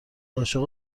عاشق